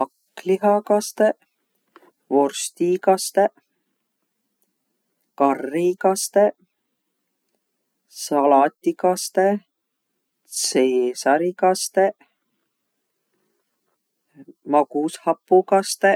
Hakklihakastõq, vorstikastõq, karrikastõq, saladikastõq, Caesari kastõq, magushapu kastõq.